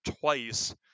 twice